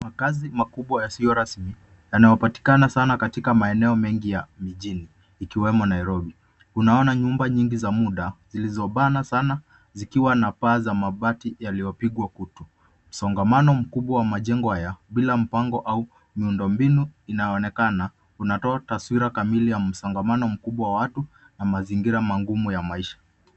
Makazi makubwa yasiyorasmi yanayopatikana sana katika maeneo mengi ya jijini, ikiwemo Nairobi. Tunaona nyumba nyingi za muda, zilizobana sana zikiwa na paa za mabati yaliyopigwa kutu. Msongamano mkubwa wa majengo ya bila mpango au miundombinu inaonekana. Unatoa taswira kamili ya msongamano mkubwa wa watu na mazingira magumu ya maisha.